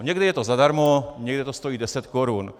Někdy je to zadarmo, někde to stojí 10 korun.